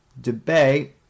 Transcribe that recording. debate